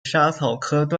莎草科